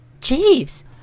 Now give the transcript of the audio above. Jeeves